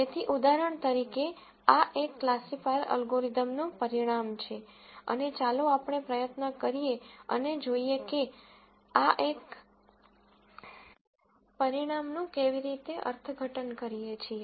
તેથી ઉદાહરણ તરીકે આ એક ક્લાસિફાયર અલ્ગોરિધમનું પરિણામ છે અને ચાલો આપણે પ્રયત્ન કરીએ અને જોઈએ કે આપણે આ પરિણામનું કેવી રીતે અર્થઘટન કરીએ છીએ